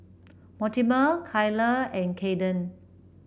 Mortimer Kyler and Kadyn